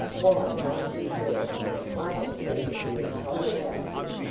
why my dear girl i have tested the entire outfit,